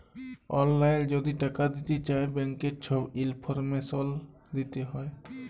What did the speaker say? অললাইল যদি টাকা দিতে চায় ব্যাংকের ছব ইলফরমেশল দিতে হ্যয়